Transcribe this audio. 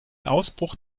ausbruch